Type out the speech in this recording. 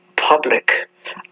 public